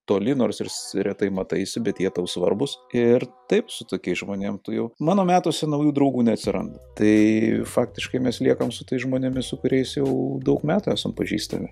toli nors ir s retai mataisi bet jie tau svarbūs ir taip su tokiais žmonėm tu jau mano metuose naujų draugų neatsiranda tai faktiškai mes liekam su tais žmonėmis su kuriais jau daug metų esam pažįstami